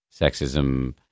sexism